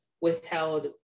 withheld